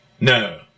No